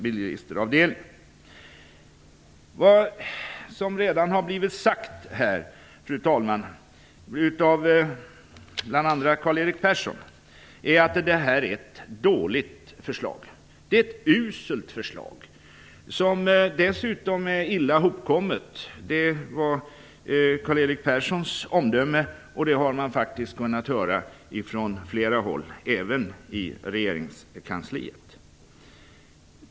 Bl.a. Karl-Erik Persson har redan sagt att det här är ett dåligt förslag. Det är ett uselt förslag, som dessutom är illa hopkommet. Det var Karl-Erik Perssons omdöme, och det har man faktiskt kunnat höra från flera håll, även i regeringskansliet.